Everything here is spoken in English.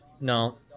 No